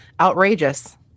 outrageous